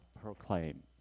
proclaim